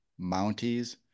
Mounties